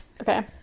Okay